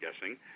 guessing